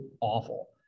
awful